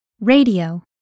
Radio